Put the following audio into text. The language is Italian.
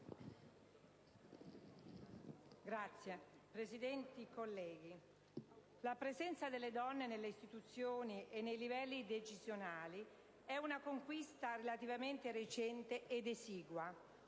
Presidente, colleghi, la presenza delle donne nelle istituzioni e nei livelli decisionali è una conquista relativamente recente ed esigua.